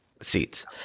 seats